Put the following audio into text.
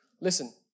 Listen